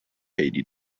haiti